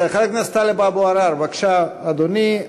חבר הכנסת טלב אבו עראר, בבקשה, אדוני.